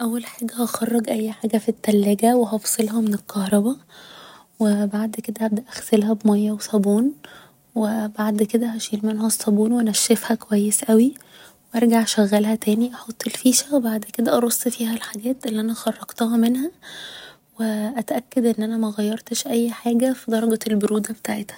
او حاجة هخرج اي حاجة في التلاجة و هفصلها من الكهربا و بعد كده هبدأ اغسلها بمياه و صابون و بعد كده هشيل منها الصابون وأنشفها كويس اوي و ارجع اشغلها تاني احط الفيشة و بعد كده أرص فيها الحاجات اللي أنا خرجتها منها و اتأكد ان أنا مغيرتش اي حاجة في درجة البرودة بتاعتها